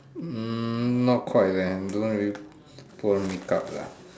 hmm not quite leh don't really put on make-up lah